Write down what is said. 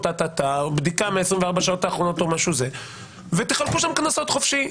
וכולי או בדיקה מ-24 השעות האחרונות ותחלקו שם קנסות חופשי.